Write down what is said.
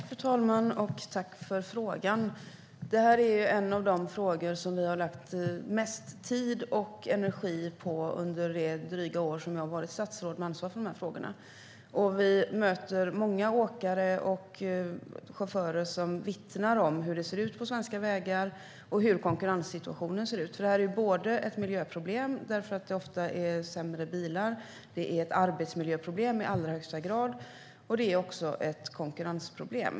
Fru talman! Tack för frågan! Detta är en av de frågor som vi har lagt mest tid och energi på under det år, drygt, som jag har varit statsråd med ansvar för dessa frågor. Vi möter många åkare och chaufförer som vittnar om hur det ser ut på svenska vägar och hur konkurrenssituationen ser ut. Detta är såväl ett miljöproblem, eftersom det ofta är sämre bilar, som ett arbetsmiljöproblem, i allra högsta grad, och ett konkurrensproblem.